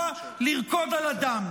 "אל תהיה שמאלן",